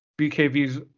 BKV's